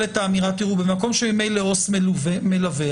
במקום שממילא עובד סוציאלי מלווה,